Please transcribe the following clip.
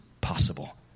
possible